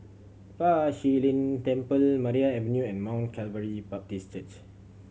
Fa Shi Lin Temple Maria Avenue and Mount Calvary Baptist Church